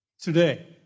Today